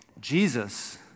Jesus